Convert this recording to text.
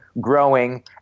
growing